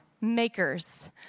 Makers